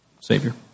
Savior